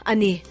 Ani